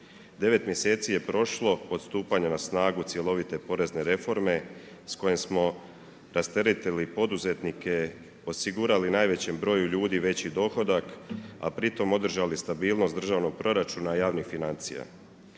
9 mjeseci je prošlo, od stupanja na snagu cjelovite porezne reforme, s kojim smo rasteretili poduzetnike, osigurali najvećem broju ljudi veći dohodak, a pri tom održali stabilnost državnog proračuna i javnih financija.